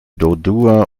dodua